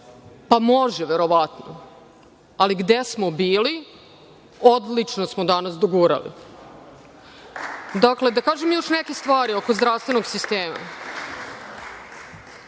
Pa može, verovatno. Ali gde smo bili, odlično smo danas dogurali. Da kažem još neke stvari oko zdravstvenog sistema.